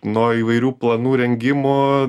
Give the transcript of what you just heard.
nuo įvairių planų rengimo